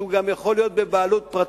שיכול להיות גם בבעלות פרטית,